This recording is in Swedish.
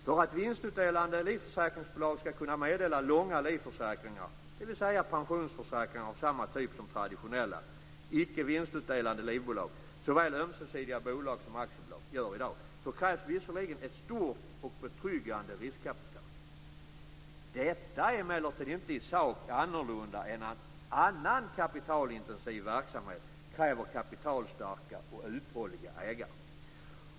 För att vinstutdelande livförsäkringsbolag skall kunna meddela långa livförsäkringar, dvs. pensionsförsäkringar av samma typ som de traditionella icke vinstutdelande livförsäkringsbolagen gör i dag - det gäller såväl ömsesidiga bolag som aktiebolag - krävs visserligen ett stort och betryggande riskkapital. Detta är emellertid inte i sak annorlunda än att annan kapitalintensiv verksamhet kräver kapitalstarka och uthålliga ägare.